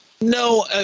No